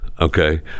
okay